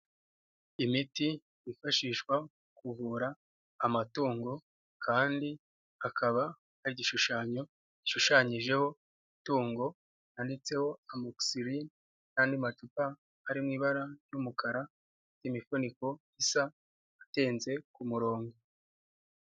Imiti yifashishwa mu kuvura amatungo, kandi hakaba hari igishushanyo gishushanyijeho itungo cyanditseho amoxy line n'andi macupa ari mu ibara ry'umukara, imifuniko isa, atonze ku murongo.